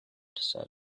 desert